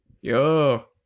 Yo